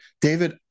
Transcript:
David